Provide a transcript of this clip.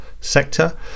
sector